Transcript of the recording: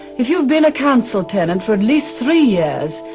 if you've been a council tenant for at least three years,